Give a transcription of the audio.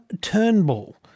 Turnbull